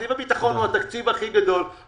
תקציב הביטחון הוא התקציב הכי גדול.